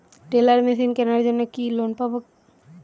Teller machine কেনার জন্য কি লোন পাব?